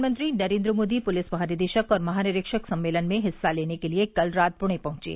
प्रधानमंत्री नरेंद्र मोदी पुलिस महानिदेशक और महानिरीक्षक सम्मेलन में हिस्सा लेने के लिए कल रात पुणे पहुंचे